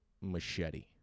machete